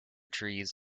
trees